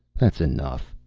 that's enough.